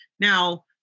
Now